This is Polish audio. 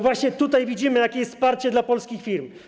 Właśnie widzimy, jakie jest wsparcie dla polskich firm.